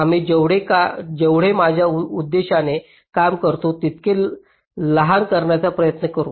आम्ही जेवढे माझ्या उद्देशाने काम करतो तितके लहान करण्याचा प्रयत्न करू